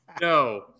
No